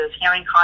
hearing